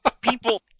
People